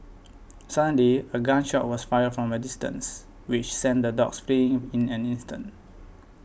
suddenly a gun shot was fired from a distance which sent the dogs fleeing in an instant